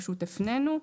פשוט הפנינו.